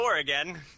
again